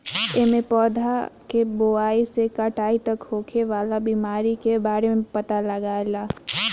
एमे पौधा के बोआई से कटाई तक होखे वाला बीमारी के बारे में पता लागेला